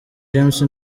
james